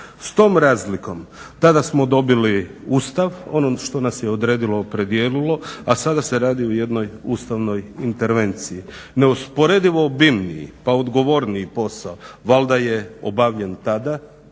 S tom razlikom tada smo dobili Ustav, ono što nas je odredilo, opredijelilo, a sada se radi o jednoj ustavnoj intervenciji. Neusporedivo obimniji pa odgovorniji posao valjda je obavljen tada